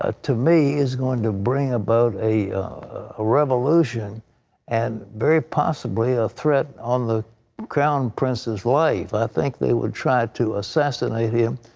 ah to me, is going to bring about a revolution and very possibly a threat on the crown prince's life. i think they will try to assassinate him.